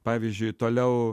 pavyzdžiui toliau